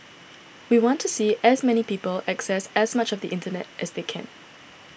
we want to see as many people access as much of the internet as they can